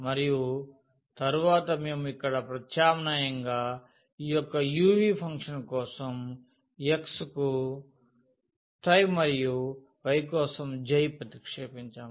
మరియు తర్వాత మేము ఇక్కడ ప్రత్యామ్నాయంగా ఈ యొక్క uvఫంక్షన్ కోసం x కు మరియు y కోసం ప్రతిక్షేపించాము